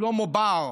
שלמה בר,